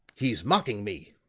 he's mocking me